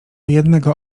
jednego